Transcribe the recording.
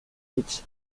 its